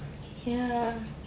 ya